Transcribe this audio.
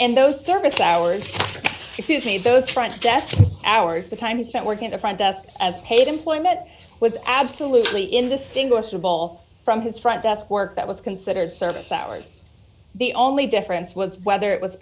and those service hours those front desk hours the time spent working at the front desk as paid employment was absolutely indistinguishable from his front desk work that was considered service hours the only difference was whether it was